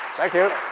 thank you.